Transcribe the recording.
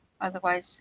Otherwise